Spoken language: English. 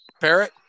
Parrot